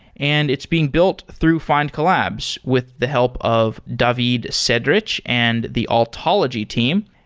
and it's being built through findcollabs with the help of david cedric and the altology team,